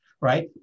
Right